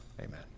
Amen